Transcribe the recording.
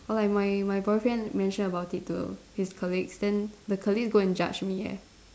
or like my my boyfriend mention about it to his colleagues then the colleagues go and judge me eh